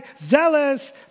zealous